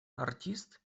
артист